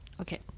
okay